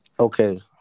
Okay